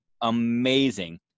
amazing